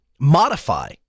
modify